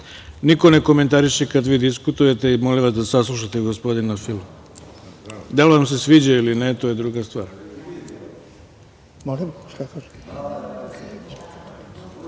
Niko ne komentariše kada vi diskutujete i molim vas da saslušate gospodina Filu. Da li vam se sviđa ili ne, to je druga